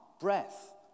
breath